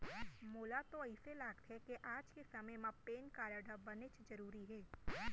मोला तो अइसे लागथे कि आज के समे म पेन कारड ह बनेच जरूरी हे